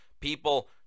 people